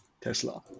Tesla